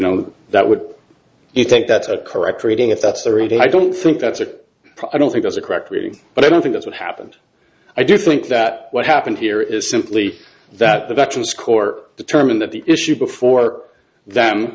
know that would you think that's a correct reading if that's the reason i don't think that's it i don't think that's a correct reading but i don't think that's what happened i do think that what happened here is simply that the veterans court determined that the issue before them